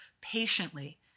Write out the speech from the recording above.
Patiently